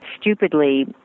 stupidly